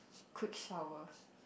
quick shower